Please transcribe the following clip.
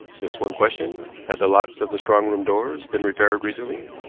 just one question. had the locks of the strong-room doors been repaired recently?